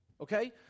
okay